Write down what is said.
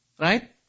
Right